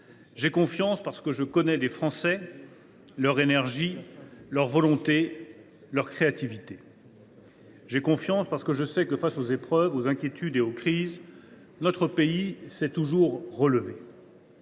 J’ai confiance, parce que je connais les Français, leur énergie, leur volonté et leur créativité. « J’ai confiance, parce que je sais que, face aux épreuves, aux inquiétudes et aux crises, notre pays s’est toujours relevé.